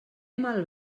mal